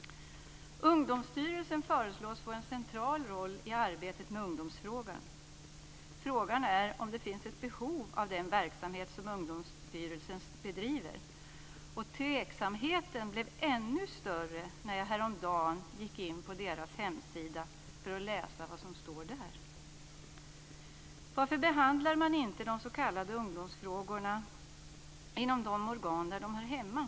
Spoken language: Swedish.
Ungdomsstyrelsen föreslås få en central roll i arbetet med ungdomsfrågorna. Frågan är om det finns ett behov av den verksamhet som Ungdomsstyrelsen bedriver. Tveksamheten blev ännu större när jag häromdagen gick in på deras hemsida för att läsa vad som står där. Varför behandlar man inte de s.k. ungdomsfrågorna inom de organ där de hör hemma?